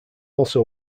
also